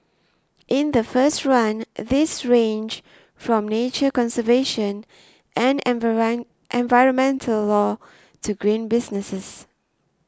in the first run these ranged from nature conservation and environmental law to green businesses